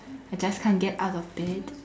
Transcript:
I just can't get out of bed